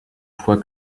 fois